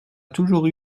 toujours